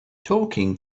talking